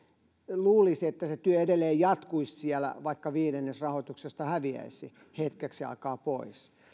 luulisi että se työ edelleen jatkuisi siellä vaikka viidennes rahoituksesta häviäisi hetkeksi aikaa pois